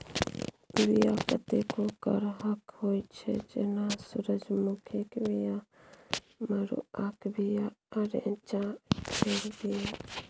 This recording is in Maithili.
बीया कतेको करहक होइ छै जेना सुरजमुखीक बीया, मरुआक बीया आ रैंचा केर बीया